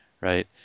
right